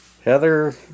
heather